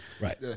right